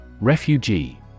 Refugee